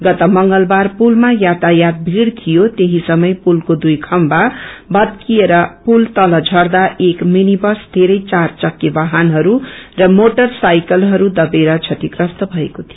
गत मंगलवार पुलमा याता यात भीड़ थियो त्यहि समय पुलको दुई खम्बा भतिकएर पुल तल झर्दा एप मिनी बस धेरै चार चक्के वाइनहरू र मोटर साइकलहरू दबेर क्षतीप्रस्त भएको थियो